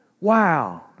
wow